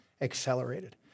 accelerated